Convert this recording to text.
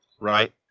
Right